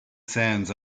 sands